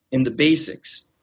in the basics.